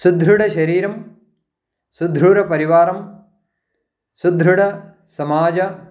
सुदृढशरीरं सुदृढपरिवारं सुदृढंसमाजम्